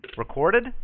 Recorded